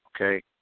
Okay